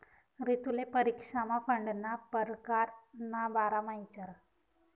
रितुले परीक्षामा फंडना परकार ना बारामा इचारं